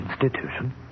Institution